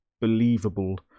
believable